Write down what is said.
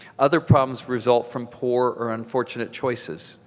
other problems result from poor or unfortunate choices.